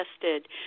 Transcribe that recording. tested